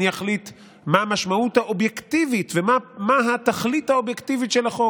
אני אחליט מה המשמעות האובייקטיבית ומה התכלית האובייקטיבית של החוק,